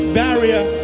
barrier